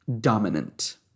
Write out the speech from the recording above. dominant